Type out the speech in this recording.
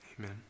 Amen